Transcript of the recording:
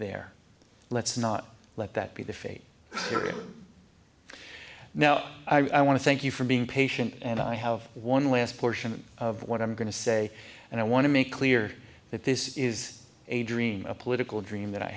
there let's not let that be the fate now i want to thank you for being patient and i have one last portion of what i'm going to say and i want to make clear that this is a dream a political dream that i